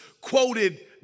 quoted